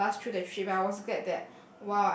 would not last through the three hours scared that